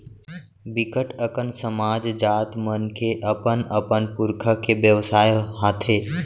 बिकट अकन समाज, जात मन के अपन अपन पुरखा के बेवसाय हाथे